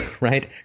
right